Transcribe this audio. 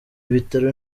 bitaro